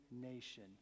nation